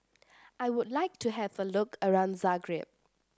I would like to have a look around Zagreb